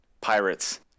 pirates